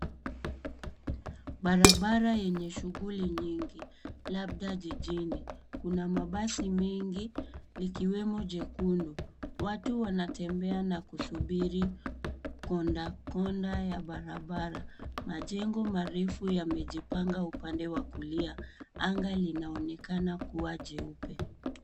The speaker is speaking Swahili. Barabara yenye shughuli nyingi labda jijini. Kuna mabasi mengi likiwemo jekundu. Watu wanatembea na kusubiri kunda kunda ya barabara. Majengo marefu yamejipanga upande wa kulia. Anga linaonekana kuwa jeupe.